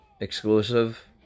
exclusive